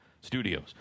studios